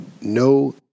No